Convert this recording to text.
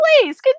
please